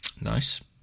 Nice